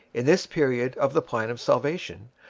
in this period of the plan of salvation,